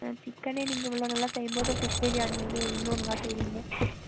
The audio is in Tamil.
ஆ சிக்கனே நீங்கள் இவ்வளோ நல்லா செய்யும்போது ஃபிஷ் பிரியாணி வந்து இன்னும் நல்லா செய்வீங்க